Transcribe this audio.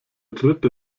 dritte